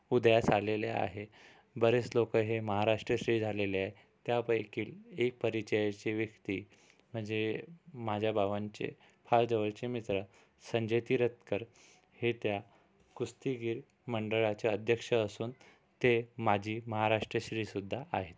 उदयास आलेले आहे बरेच लोक हे महाराष्ट्र श्री झालेले आहे त्यापैकी एक परिचयाची व्यक्ती म्हणजे माझ्या बाबांचे फार जवळचे मित्र संजय तिरथकर हे त्या कुस्तीगीर मंडळाचे अध्यक्ष असून ते माजी महाराष्ट्र श्री सुद्धा आहेत